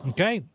Okay